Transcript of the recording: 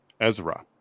ezra